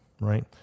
right